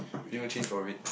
really want change for it